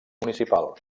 municipal